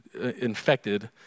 infected